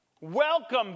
Welcome